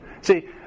See